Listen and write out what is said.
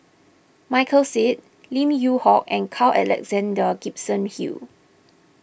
Michael Seet Lim Yew Hock and Carl Alexander Gibson Hill